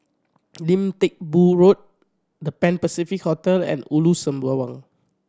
Lim Teck Boo Road The Pan Pacific Hotel and Ulu Sembawang